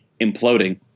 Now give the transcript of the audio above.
imploding